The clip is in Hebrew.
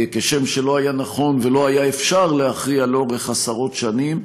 כשם שלא היה נכון ולא היה אפשר להכריע לאורך עשרות שנים,